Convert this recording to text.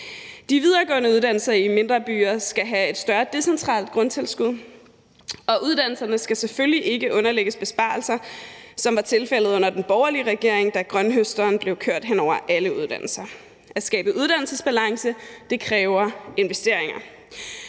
De videregående uddannelser i mindre byer skal have et større decentralt grundtilskud, og uddannelserne skal selvfølgelig ikke underlægges besparelser, hvilket var tilfældet under den borgerlige regering, da grønthøsteren blev kørt hen over alle uddannelser. At skabe uddannelsesbalance kræver investeringer.